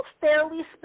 fairly